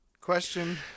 question